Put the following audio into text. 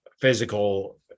physical